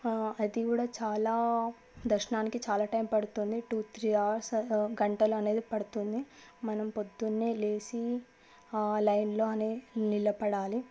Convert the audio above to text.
అది కూడా చాలా దర్శనానికి చాలా టైమ్ పడుతుంది టూ త్రీ అవర్స్ అసలు గంటలు అనేది పడుతుంది మనం పొద్దున్న లేచి లైన్లో నిలబడాలి